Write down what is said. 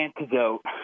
antidote